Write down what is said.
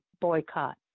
boycott